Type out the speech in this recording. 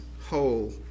whole